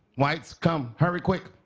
whites come, hurry, quick,